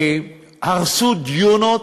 הרסו דיונות,